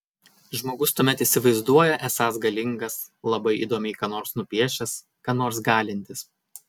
žmogus tuomet įsivaizduoja esąs galingas labai įdomiai ką nors nupiešęs ką nors galintis